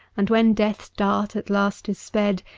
and when death's dart at last is sped,